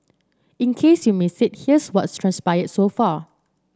in case you missed it here's what's transpired so far